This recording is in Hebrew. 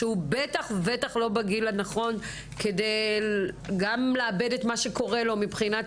שהוא בטח לא בגיל המתאים לעבד את מה שקורה לו מבחינת